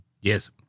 Yes